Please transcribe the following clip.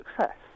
success